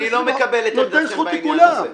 20% --- אני לא מקבל את עמדתכם בעניין הזה.